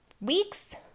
weeks